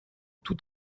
tout